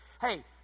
hey